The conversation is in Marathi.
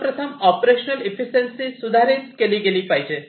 सर्वप्रथम ऑपरेशन इफिशियंशी सुधारित केली गेली पाहिजे